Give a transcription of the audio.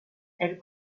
elle